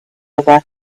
other